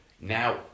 now